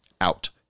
out